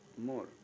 more